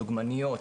דוגמניות,